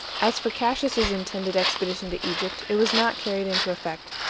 as for cassius's intended expedition to egypt, it was not carried into effect.